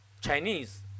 Chinese